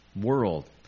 world